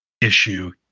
issue